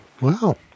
Wow